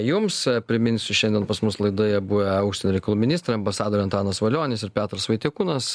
jums priminsiu šiandien pas mus laidoje buvę užsienio reikalų ministrai ambasadoriai antanas valionis ir petras vaitiekūnas